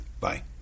bye